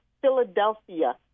Philadelphia